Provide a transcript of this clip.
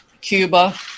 Cuba